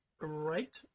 right